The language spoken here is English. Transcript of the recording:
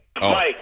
Mike